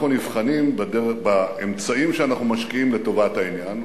אנחנו נבחנים באמצעים שאנחנו משקיעים לטובת העניין,